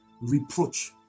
reproach